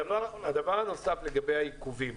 הדבר הנוסף, לגבי העיכובים